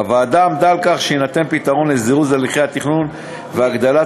הוועדה עמדה על כך שיינתן פתרון לזירוז הליכי התכנון והגדלת